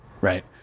right